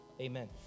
Amen